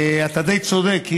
אתה די צודק,